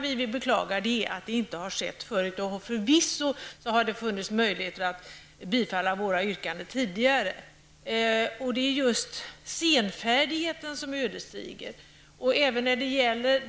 Vi beklagar att det inte har skett tidigare. Förvisso har det funnits möjligheter att bifalla våra yrkanden tidigare. Det är just senfärdigheten som är ödesdiger.